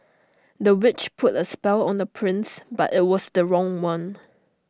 the witch put A spell on the prince but IT was the wrong one